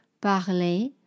parler